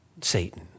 Satan